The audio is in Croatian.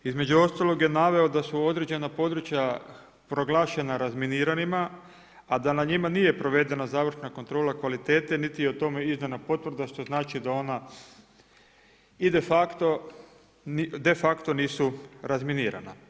Između ostalo je naveo da su određena područja proglašena razminiranima a da na njima nije provedena završna kontrola kvalitete niti je o tome izdana potvrda što znači da ona de facto nisu razminirana.